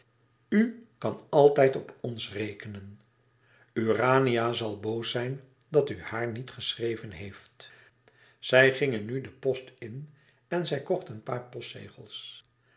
kan altijd op ons rekenen urania zal boos zijn dat u haar niet geschreven heeft zij gingen nu de post in en zij kocht een paar postzegels